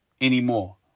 anymore